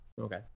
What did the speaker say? Okay